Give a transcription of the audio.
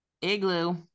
Igloo